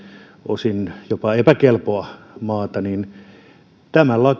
osin jopa epäkelpoa maata tämän